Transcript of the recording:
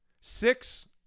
Six